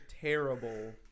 terrible